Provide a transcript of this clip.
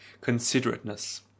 Considerateness